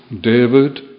David